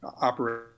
operate